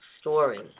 story